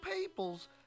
peoples